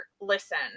listen